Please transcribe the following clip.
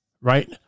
right